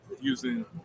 using